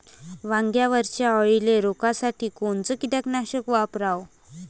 वांग्यावरच्या अळीले रोकासाठी कोनतं कीटकनाशक वापराव?